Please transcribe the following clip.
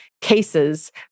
cases